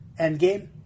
Endgame